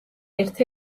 ერთ